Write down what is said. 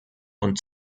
und